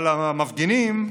אבל המפגינים,